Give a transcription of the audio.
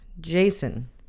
jason